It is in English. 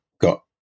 got